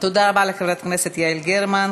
תודה רבה לחברת הכנסת יעל גרמן.